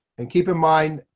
and keep in mind,